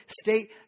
state